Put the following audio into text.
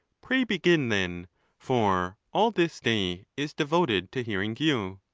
pray begin, then for all this day is devoted to hearing you.